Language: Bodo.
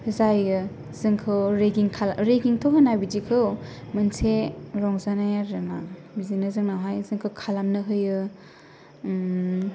जायो जोंखौ रेगिं खालामो रेगिंथ' होना बिदिखौ मोनसे रंजानाय आरोना बिदिनो जोंनावहाय जोंखौ खालामनो होयो